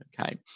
Okay